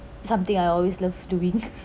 something I always love doing